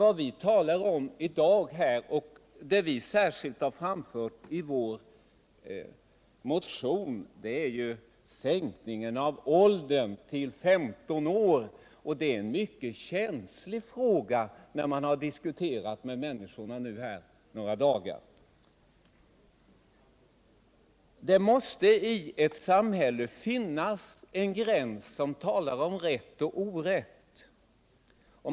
Vad det gäller i dag och vad vi särskilt behandlat i vår motion är sänkningen av åldersgränsen till 15 år, och det har varit en mycket känslig fråga när vi diskuterat med människor under några dagar nu. Det måste i ett samhälle finnas en gräns mellan rätt och orätt.